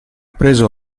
preso